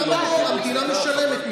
למה לא, המדינה משלמת.